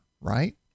Right